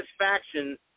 satisfaction